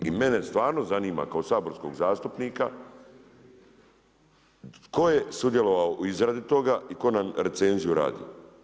I mene stvarno zanima kao saborskog zastupnika tko je sudjelovao u izradi toga i tko nam recenziju radi?